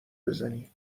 بزنی